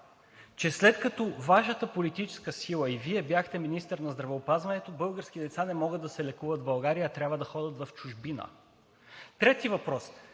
че след като Вашата политическа сила и Вие бяхте министър на здравеопазването български деца не могат да се лекуват в България, а трябва да ходят в чужбина? Трети въпрос: